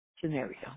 scenario